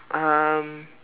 um